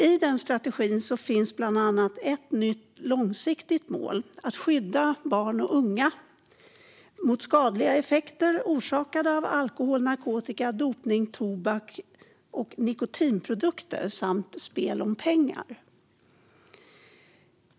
I strategin finns bland annat ett nytt långsiktigt mål att skydda barn och unga mot skadliga effekter orsakade av alkohol, narkotika, dopning och tobaks och nikotinprodukter samt spel om pengar.